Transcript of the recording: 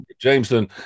Jameson